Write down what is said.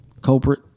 culprit